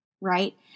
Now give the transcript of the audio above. right